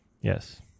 Yes